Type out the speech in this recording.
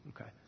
Okay